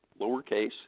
lowercase